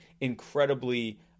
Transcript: Incredibly